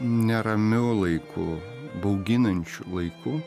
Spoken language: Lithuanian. neramiu laiku bauginančiu laiku